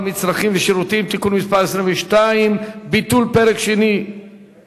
מצרכים ושירותים (תיקון מס' 22) (ביטול פרק שני 3),